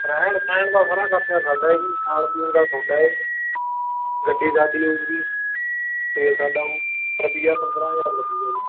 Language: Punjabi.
ਰਹਿਣ ਸਹਿਣ ਦਾ ਸਾਰਾ ਖਰਚਾ ਸਾਡਾ ਹੈ ਜੀ ਖਾਣ ਪੀਣ ਦਾ ਤੁਹਾਡਾ ਹੈ ਗੱਡੀ ਸਾਡੀ ਹੋਵੇਗੀ ਤੇਲ ਸਾਡਾ ਹੋਊ ਰੁਪਿਆ ਪੰਦਰਾਂ ਹਜ਼ਾਰ ਲੱਗੇਗਾ ਜੀ